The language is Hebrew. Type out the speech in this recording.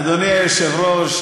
אדוני היושב-ראש,